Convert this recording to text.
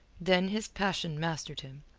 then his passion mastered him.